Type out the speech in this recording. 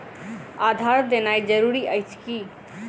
आधार देनाय जरूरी अछि की?